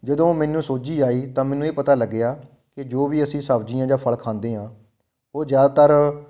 ਜਦੋਂ ਮੈਨੂੰ ਸੋਝੀ ਆਈ ਤਾਂ ਮੈਨੂੰ ਇਹ ਪਤਾ ਲੱਗਿਆ ਕਿ ਜੋ ਵੀ ਅਸੀਂ ਸਬਜ਼ੀਆਂ ਜਾਂ ਫ਼ਲ ਖਾਂਦੇ ਹਾਂ ਉਹ ਜ਼ਿਆਦਾਤਰ